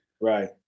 Right